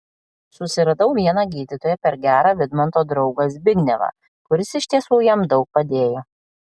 susiradau vieną gydytoją per gerą vidmanto draugą zbignevą kuris iš tiesų jam daug padėjo